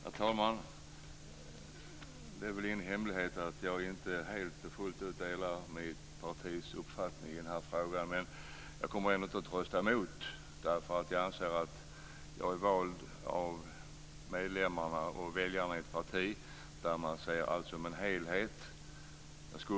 Herr talman! Det är väl ingen hemlighet att jag inte helt och fullt delar mitt partis uppfattning i den här frågan. Men jag kommer ändå inte att rösta emot. Jag anser att jag är vald av medlemmar och väljare i ett parti där man ser allt som en helhet.